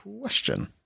question